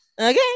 Okay